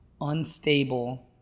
unstable